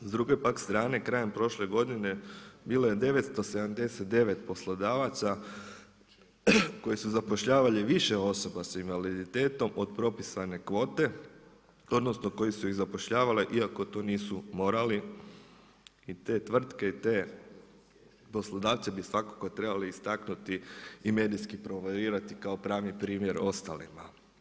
S druge pak strane, krajem prošle godine, bilo 979 poslodavaca koji su zapošljavali više osoba s invaliditetom od propisane kvote odnosno koji su ih zapošljavali iako to nisu morali i te tvrtke i ti poslodavci bi svakako trebali istaknuti i medijski promovirati kao pravi primjer ostalima.